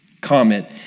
comment